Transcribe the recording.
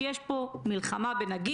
כי יש פה מלחמה בנגיף,